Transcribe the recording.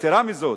יתירה מזאת,